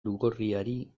lugorriari